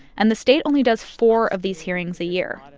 and the state only does four of these hearings a year.